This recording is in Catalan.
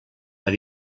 per